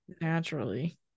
naturally